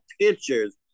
pictures